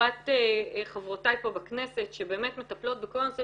לטובת חברותיי פה בכנסת שמטפלות בכל הנושא